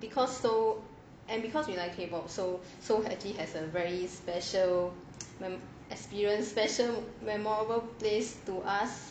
because seoul and because we are in K pop so so actually has a very special experience special memorable place to us